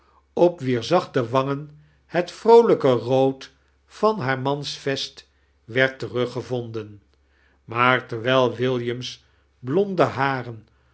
op wier zachte wangen het vroolijke rood van haar mans vest werd teruggevonden maar terwijl william's blonde haren